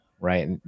right